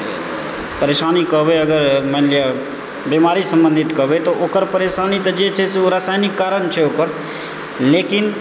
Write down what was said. परेशानी कहबै अगर मानि लिअऽ बीमारी सम्बन्धित कहबै तऽ ओकर परेशानी तऽ जे छै से ओ रसायनिक कारण छै ओकर लेकिन